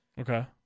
Okay